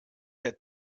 der